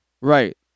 right